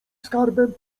skarbem